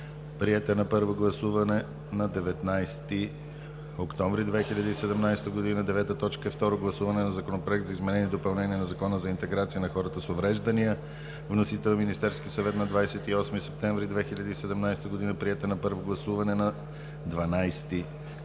Приет е на първо гласуване на 19 октомври 2017 г. 9. Второ гласуване на Законопроект за изменение и допълнение на Закона за интеграция на хората с увреждания. Вносител – Министерският съвет, 28 септември 2017 г. Приет е на първо гласуване на 12 октомври 2017 г.